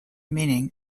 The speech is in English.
meaning